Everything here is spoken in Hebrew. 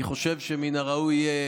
אני חושב שמן הראוי יהיה,